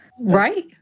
Right